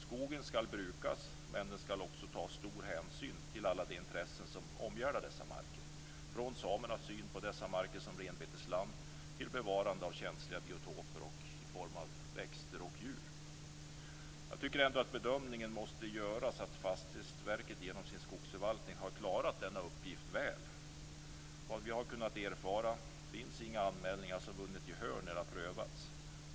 Skogen skall brukas, men det skall också tas stor hänsyn till alla de intressen som omgärdar dessa marker, från samernas syn på dessa marker som renbetesland till bevarande av känsliga biotoper i form av växter och djur. Jag tycker ändå att den bedömningen måste göras att Fastighetsverket genom sin skogsförvaltning har klarat denna uppgift väl. Såvitt vi har kunnat erfara finns inga anmälningar som vunnit gehör när de prövats.